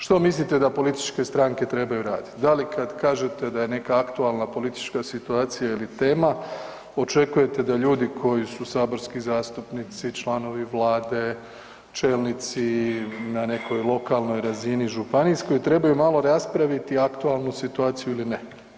Što mislite da političke stranke trebaju radit, da li kada kažete da je neka aktualna politička situacija ili tema očekujete da ljudi koji su saborski zastupnici članovi Vlade, čelnici na nekoj lokalnoj razini županijskoj trebaju malo raspraviti aktualnu situaciju ili ne.